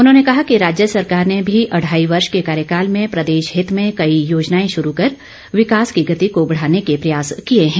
उन्होंने कहा कि राज्य सरकार ने भी अढ़ाई वर्ष के कार्यकाल में प्रदेश हित में कई योजनाएं शुरू कर विकास की गति को बढ़ाने के प्रयास किए हैं